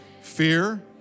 fear